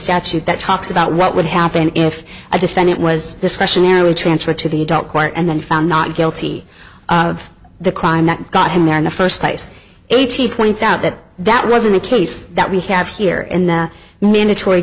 statute that talks about what would happen if a defendant was discretionary transfer to the adult court and then found not guilty of the crime that got him there in the first place eighteen points out that that wasn't the case that we have here in the mandatory